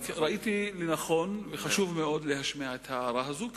רק חשבתי שחשוב מאוד להשמיע את ההערה הזאת,